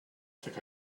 think